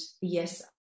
yes